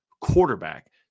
quarterback